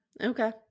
Okay